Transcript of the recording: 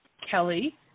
Kelly